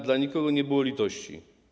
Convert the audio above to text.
Dla nikogo nie było litości.